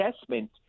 assessment